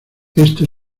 esto